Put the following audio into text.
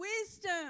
wisdom